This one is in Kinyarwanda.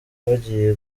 bagiye